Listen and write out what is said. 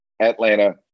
Atlanta